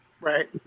Right